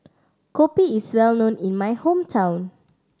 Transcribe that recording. kopi is well known in my hometown